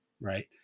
right